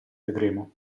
vedremo